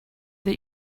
that